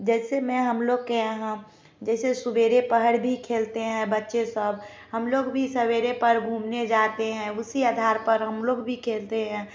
जैसे में हम लोग के यहाँ जैसे सवेरे पहर भी खेलते है बच्चे सब हम लोग भी सवेरे पहर घुमने जाते है उसी आधार पर हम लोग भी खेलते हैं